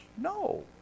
No